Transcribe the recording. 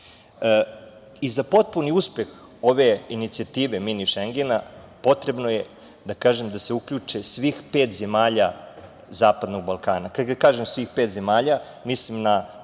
Za potpuni uspeh ove inicijative mini šengena potrebno je da se uključe svih pet zemalja zapadnog Balkana. Kada kažem svih pet zemalja, mislim na